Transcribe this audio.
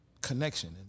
connection